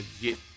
get